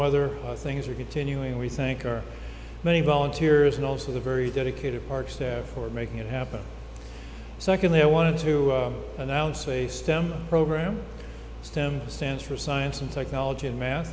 weather things are continuing we think are many volunteers and also the very dedicated parks for making it happen secondly i wanted to announce a stem program stem stands for science and technology in math